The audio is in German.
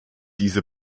diese